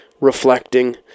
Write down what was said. reflecting